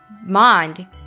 mind